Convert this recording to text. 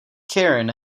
karen